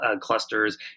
clusters